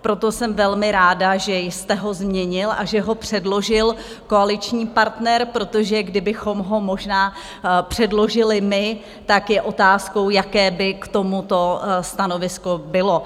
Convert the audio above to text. Proto jsem velmi ráda, že jste ho změnil a že ho předložil koaliční partner, protože kdybychom ho možná předložili my, tak je otázkou, jaké by k tomu to stanovisko bylo.